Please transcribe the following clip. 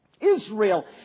Israel